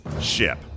ship